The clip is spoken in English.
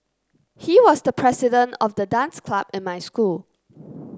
he was the president of the dance club in my school